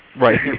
Right